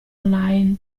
online